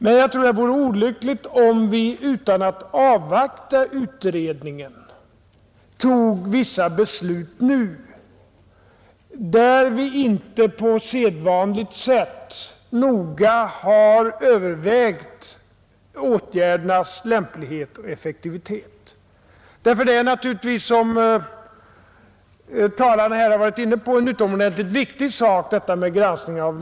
Men jag tror att det vore olyckligt om vi utan att avvakta utredningen tog vissa beslut nu utan att på sedvanligt sätt noga ha övervägt åtgärdernas lämplighet och effektivitet. Granskningen av läroböcker, som de tidigare talarna varit inne på, är en utomordentligt viktig fråga.